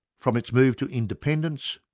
from its move to independence,